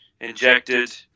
injected